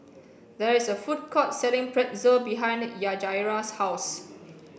there is a food court selling Pretzel behind Yajaira's house